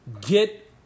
Get